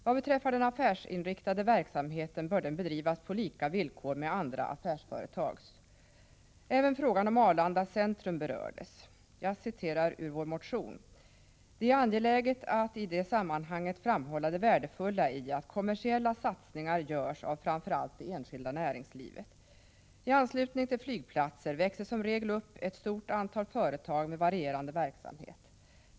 Vad beträffar den affärsinriktade verksamheten bör den bedrivas på lika villkor med andra affärsföretags. Även frågan om Arlanda Centrum berördes. Jag citerar ur vår motion: ”Det är angeläget att i det sammanhanget framhålla det värdefulla i att kommersiella satsningar görs av framför allt det enskilda näringslivet. I anslutning till flygplatser växer som regel upp ett stort antal företag med varierande verksamhet.